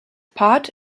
part